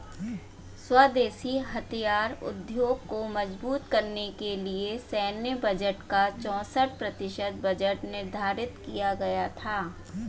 स्वदेशी हथियार उद्योग को मजबूत करने के लिए सैन्य बजट का चौसठ प्रतिशत बजट निर्धारित किया गया था